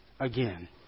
Again